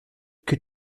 que